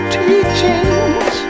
teachings